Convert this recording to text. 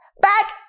back